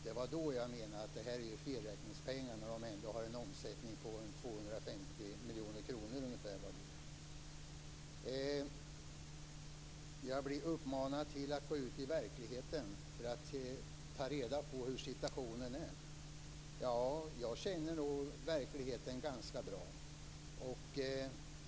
Det var då jag menade att det var felräkningspengar, när de ändå har en omsättning på ungefär 250 miljoner kronor vardera. Jag blir uppmanad att gå ut i verkligheten för att ta reda på hur situationen är. Jag känner nog verkligheten ganska bra.